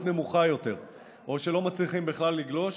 נמוכה יותר או שלא מצליחים בכלל לגלוש.